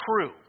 true